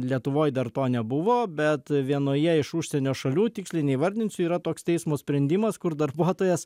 lietuvoj dar to nebuvo bet vienoje iš užsienio šalių tiksliai neįvardinsiu yra toks teismo sprendimas kur darbuotojas